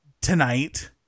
tonight